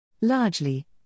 Largely